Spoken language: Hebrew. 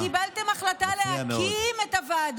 זה מפריע מאוד.